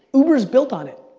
uber's built on it.